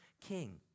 king